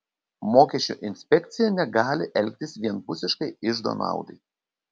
mokesčių inspekcija negali elgtis vienpusiškai iždo naudai